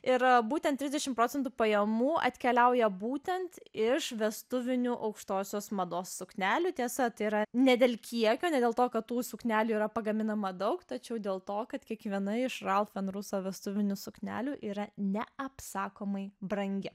ir būtent trisdešim procentų pajamų atkeliauja būtent iš vestuvinių aukštosios mados suknelių tiesa tai yra ne dėl kiekio ne dėl to kad tų suknelių yra pagaminama daug tačiau dėl to kad kiekviena iš ralf en ruso vestuvinių suknelių yra neapsakomai brangi